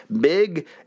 big